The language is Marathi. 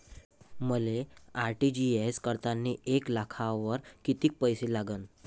मले आर.टी.जी.एस करतांनी एक लाखावर कितीक पैसे लागन?